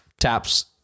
taps